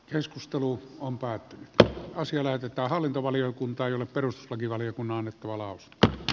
keskustelu on päättymätön asia lähetetään hallintovaliokuntaan jolle perustuslakivaliokunnan vuolaus on